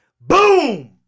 Boom